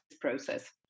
process